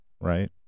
right